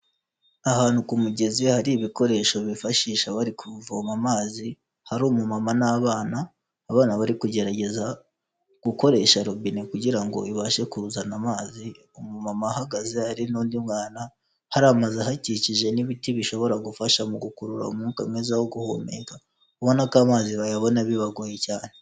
Ahantu ku mugezi hari ibikoresho bifashisha bari kuvoma amazi hari umu mama n'abana, abana bari kugerageza gukoresha robine kugirango ngo ibashe kuzana amazi umumama ahagaze hari n'undi mwana, hari amazu ahakikije n'ibiti bishobora gufasha mu gukurura umwuka mwiza wo guhumeka, ubona ko amazi bayabona bibagoye cyane.